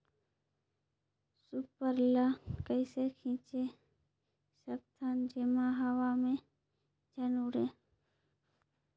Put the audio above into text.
Super ल कइसे छीचे सकथन जेमा हवा मे झन उड़े?